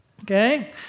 Okay